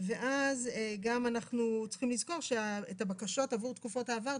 ואז אנחנו צריכים לזכור שאת הבקשות עבור תקופות העבר,